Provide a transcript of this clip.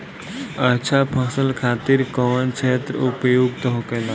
अच्छा फसल खातिर कौन क्षेत्र उपयुक्त होखेला?